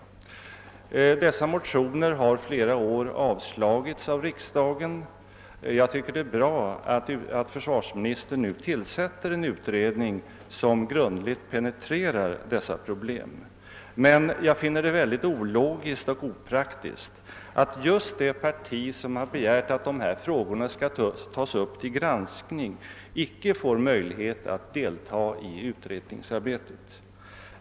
Våra motioner har emellertid under flera år avslagits av riksdagen. Jag tycker att det är bra att försvarsministern nu tillsätter en utredning som grundligt skall penetrera dessa problem, men jag finner det mycket ologiskt och opraktiskt att just det parti som begärt att dessa frågor skall tas upp till granskning inte får möjlighet att delta i utredningsarbetet.